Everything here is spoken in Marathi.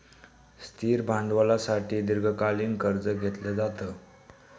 स्थिर भांडवलासाठी दीर्घकालीन कर्ज घेतलं जातं